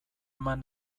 eman